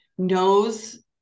knows